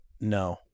No